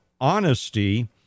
honesty